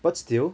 but still